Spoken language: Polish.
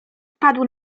wpadł